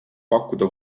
pakkuda